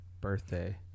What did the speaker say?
birthday